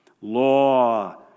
law